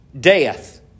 Death